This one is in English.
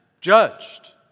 judged